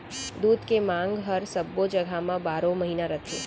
दूद के मांग हर सब्बो जघा म बारो महिना रथे